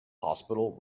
hospital